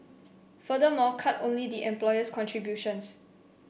furthermore cut only the employer's contributions